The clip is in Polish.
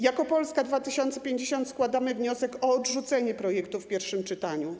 Jako Polska 2050 składamy wniosek o odrzucenie projektu w pierwszym czytaniu.